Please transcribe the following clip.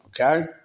Okay